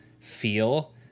feel